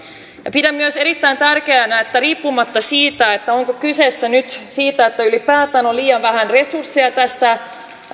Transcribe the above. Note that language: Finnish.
pidän myös erittäin tärkeänä että riippumatta siitä onko kyse nyt siitä että ylipäätään on liian vähän resursseja tässä